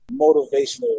motivational